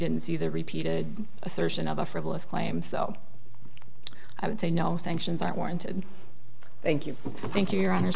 didn't see the repeated assertion of a frivolous claim so i would say no sanctions aren't warranted thank you thank you your hon